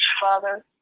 Father